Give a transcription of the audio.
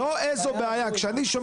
כשאני שומע